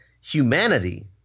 humanity